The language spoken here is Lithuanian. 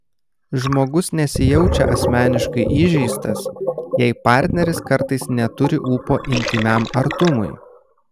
žmogus nesijaučia asmeniškai įžeistas jei partneris kartais neturi ūpo intymiam artumui